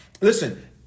listen